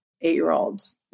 eight-year-olds